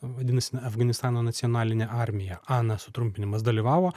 vadinasi afganistano nacionalinė armija ana sutrumpinimas dalyvavo